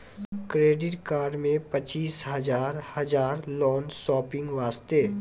Credit card मे पचीस हजार हजार लोन शॉपिंग वस्ते?